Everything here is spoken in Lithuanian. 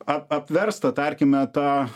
ap apverstą tarkime tą